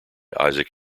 isaac